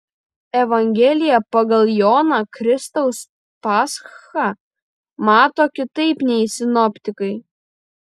evangelija pagal joną kristaus paschą mato kitaip nei sinoptikai